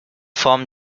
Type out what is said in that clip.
form